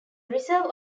reserve